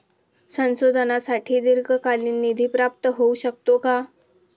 संशोधनासाठी दीर्घकालीन निधी प्राप्त होऊ शकतो का?